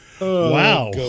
Wow